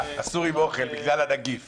וגם על מנכ"ל הכנסת.